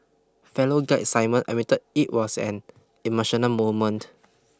fellow guide Simon admitted it was an emotional moment